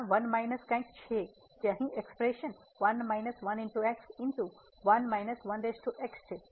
તેથી આ 1 માઇનસ કંઈક છે જે અહીં એક્સ્પ્રેશન છે